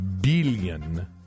billion